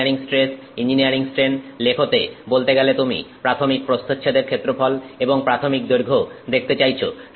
engineering stress engineering strain লেখতে বলতে গেলে তুমি প্রাথমিক প্রস্থচ্ছেদের ক্ষেত্রফল এবং প্রাথমিক দৈর্ঘ্য দেখতে চাইছ